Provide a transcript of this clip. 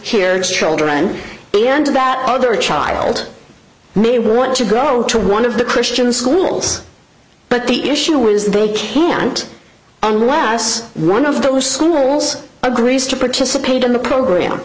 care children the end of that other child may want to go to one of the christian schools but the issue is they can't unless one of those schools agrees to participate in the program